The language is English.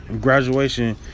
graduation